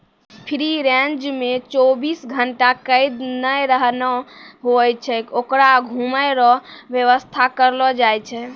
free range मे चौबीस घंटा कैद नै रहना हुवै छै होकरो घुमै रो वेवस्था करलो जाय छै